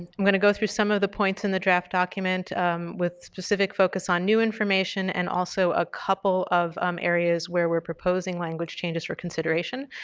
and i'm going to go through some of the points in the draft document with specific focus on new information and also a couple of um areas where we're proposing language changes for consideration.